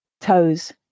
Toes